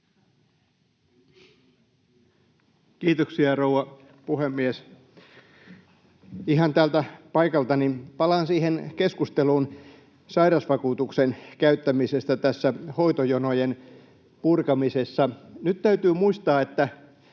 Kiitoksia, rouva puhemies! Puhun ihan täältä paikaltani. — Palaan siihen keskusteluun sairausvakuutuksen käyttämisestä tässä hoitojonojen purkamisessa. Nyt täytyy muistaa, että